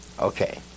Okay